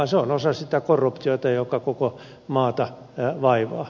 se on osa sitä korruptiota joka koko maata vaivaa